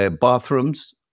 bathrooms